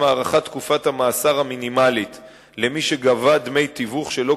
2. הארכת תקופת המאסר המינימלית למי שגבה דמי תיווך שלא